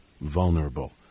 vulnerable